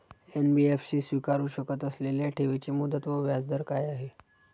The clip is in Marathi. एन.बी.एफ.सी स्वीकारु शकत असलेल्या ठेवीची मुदत व व्याजदर काय आहे?